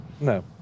no